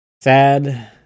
sad